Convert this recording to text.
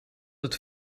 het